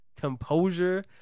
composure